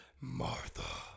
Martha